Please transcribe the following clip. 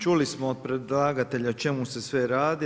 Čuli smo od predlagatelja o čemu se sve radi.